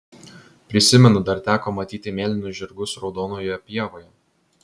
prisimenu dar teko matyti mėlynus žirgus raudonoje pievoje